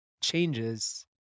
changes